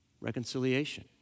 reconciliation